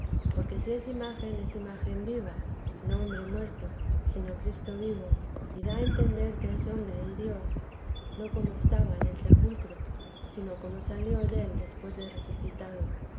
porque si es imagen es imagen viva no hombre muerto sino cristo vivo y da a entender que es hombre y dios no como estaba en el sepulcro sino como salió del después de resucitado